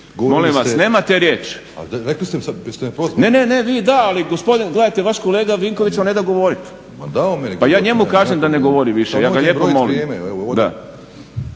Boris (SDP)** Ne, ne, vi da. Ali gospodin, gledajte vaš kolega Vinković vam ne da govoriti, pa ja njemu kažem da ne govori više. Ja ga lijepo molim.